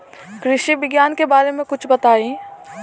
कृषि विज्ञान के बारे में कुछ बताई